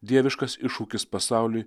dieviškas iššūkis pasauliui